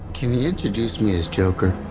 kinney introduced me as joker.